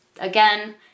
again